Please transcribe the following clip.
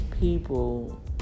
people